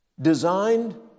designed